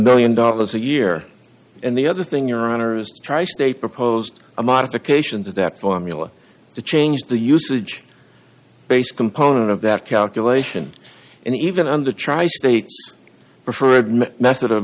million dollars a year and the other thing your honor is tri state proposed a modification to that formula to change the usage base component of that calculation and even on the tristate preferred method of